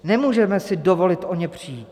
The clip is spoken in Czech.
Nemůžeme si dovolit o ně přijít.